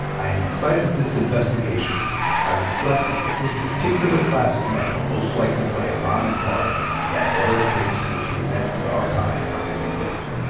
i am incited to this investigation by reflecting that this particular class of men will most likely play a prominent part in that order of things to which the events of our time are giving birth.